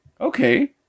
Okay